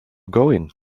going